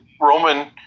roman